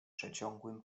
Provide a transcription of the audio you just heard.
przeciągłym